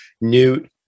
newt